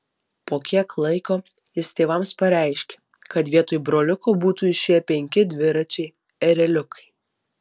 po kiek laiko jis tėvams pareiškė kad vietoj broliuko būtų išėję penki dviračiai ereliukai